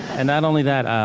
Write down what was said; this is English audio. and not only that,